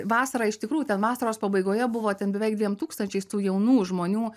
vasarą iš tikrųjų ten vasaros pabaigoje buvo ten beveik dviem tūkstančiais tų jaunų žmonių